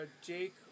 Jake